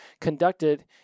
conducted